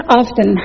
often